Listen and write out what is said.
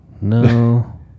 No